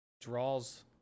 draws